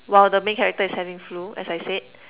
while the main character is having flu as I said